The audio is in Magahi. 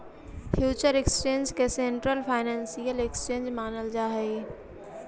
फ्यूचर एक्सचेंज के सेंट्रल फाइनेंसियल एक्सचेंज मानल जा हइ